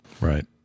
Right